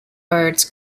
birds